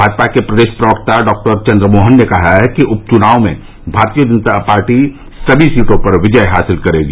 भाजपा के प्रदेश प्रवक्ता डॉक्टर चन्द्रमोहन ने कहा है कि उप चुनाव में भारतीय जनता पार्टी सभी सीटों पर विजय हासिल करेगी